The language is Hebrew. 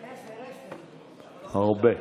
הרבה.